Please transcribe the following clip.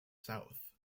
south